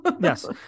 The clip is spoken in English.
yes